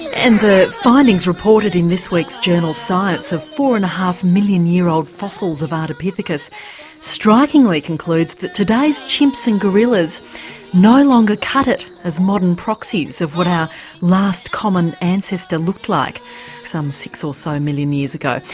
and the findings reported in this week's journal science of a four and a half million year old fossils of ardipithecus strikingly concludes that today's chimps and gorillas no longer cut it as modern proxies of what our last common ancestor looked like some six or so million years ago.